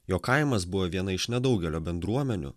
jo kaimas buvo viena iš nedaugelio bendruomenių